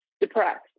depressed